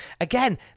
again